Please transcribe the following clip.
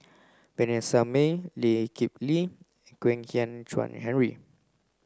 Vanessa Mae Lee Kip Lee and Kwek Hian Chuan Henry